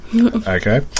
Okay